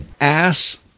ass